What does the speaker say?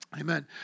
Amen